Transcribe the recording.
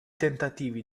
tentativi